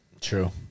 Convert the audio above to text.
True